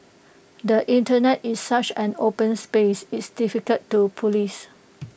the Internet is such an open space it's difficult to Police